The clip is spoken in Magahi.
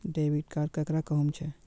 डेबिट कार्ड केकरा कहुम छे?